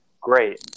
great